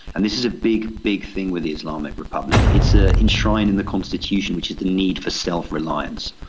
and this is a big, big thing with the islamic republic it's ah enshrined in the constitution which is the need for self-reliance.